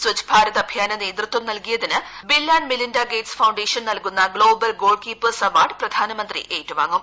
സച്ച്ഭാരത് അഭിയാന് നേതൃത്വം നല്കിയതിന് bill and Melinda Gates foundation നല്കുന്ന global goalkeepers award പ്രധാനമന്ത്രി ഏറ്റുവാങ്ങും